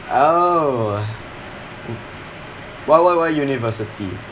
oh what what what university